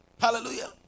Hallelujah